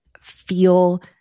feel